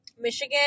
Michigan